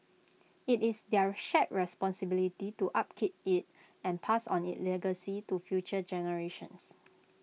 IT is their shared responsibility to upkeep IT and pass on its legacy to future generations